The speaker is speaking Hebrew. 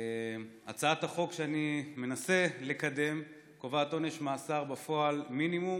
הצעת החוק שאני מנסה לקדם קובעת עונש מאסר מינימום